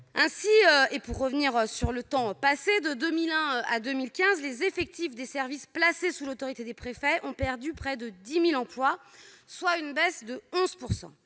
certain nombre de conseils. Ainsi, de 2001 à 2015, les effectifs des services placés sous l'autorité des préfets ont perdu près de 10 000 emplois, soit une baisse de 11 %.